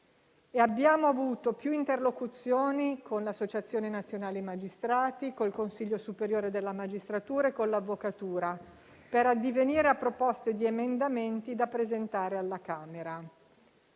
abbiamo avuto più interlocuzioni con l'Associazione nazionale magistrati, con il Consiglio superiore della magistratura e con l'Avvocatura per addivenire a proposte di emendamenti da presentare alla Camera.